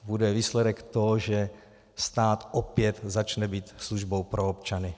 Bude výsledek, že stát opět začne být službou pro občany.